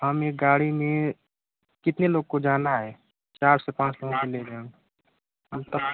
हम एक गाड़ी में कितने लोग को जाना है चार से पाँच लोगों को ले लें हम हम तो